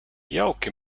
jauki